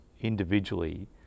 individually